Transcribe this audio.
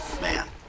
man